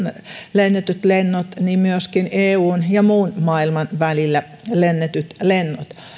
lennetyt lennot niin myöskin eun ja muun maailman välillä lennetyt lennot